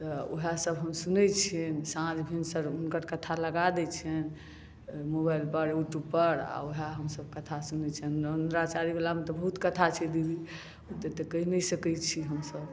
तऽ वएहसब हमसब सुनै छिए साँझ भिनसर हुनकर कथा लगा दै छिअनि मोबाइलपर यूट्यूबपर आओर वएहसब हमसब कथा सुनै छिए अमराचारीवलामे तऽ बहुत कथा छै दीदी ओतेक तऽ कहि नहि सकै छी हमसब